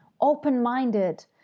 Open-minded